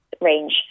range